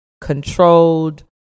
controlled